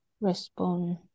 Respond